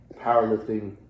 powerlifting